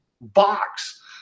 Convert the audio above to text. box